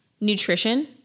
nutrition